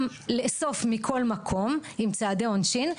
גם לאסוף מכל מקום עם צעדי עונשין,